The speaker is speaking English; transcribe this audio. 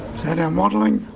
and our modelling